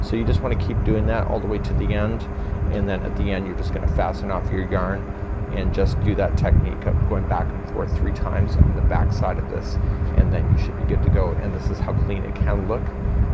so you just wanna keep doing that all the way to the end and then at the end you're just gonna fasten off your yarn and just do that technique of going back and forth three times on the back side of this and then you should be good to go and this is how clean it can look